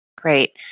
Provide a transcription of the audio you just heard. Great